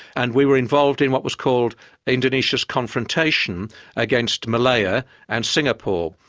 and we were involved in what was called indonesia's confrontation against malaya and singapore.